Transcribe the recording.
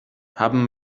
haben